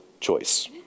choice